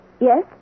Yes